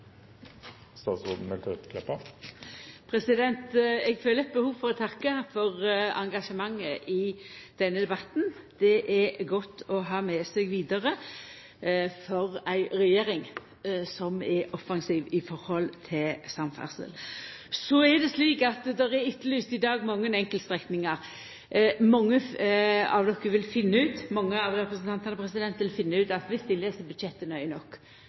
Eg føler eit behov for å takka for engasjementet i denne debatten. Det er godt å ha med seg vidare for ei regjering som er offensiv når det gjeld samferdsel. Så er det slik at det i dag er etterlyst mange enkeltstrekningar. Mange av representantane vil finna ut at dersom dei les budsjettet nøye nok,